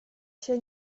się